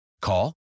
Call